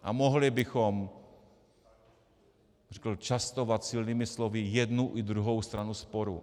A mohli bychom častovat silnými slovy jednu i druhou stranu sporu.